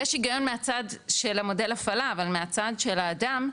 יש הגיון מהצד של המודל הפעלה, אבל מהצד של האדם,